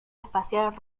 espacial